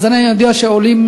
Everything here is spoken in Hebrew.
אז אני יודע שעולים,